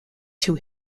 two